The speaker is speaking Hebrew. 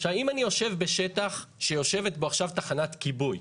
אם אני יושב בשטח שיושבת בו עכשיו תחנת כיבוי,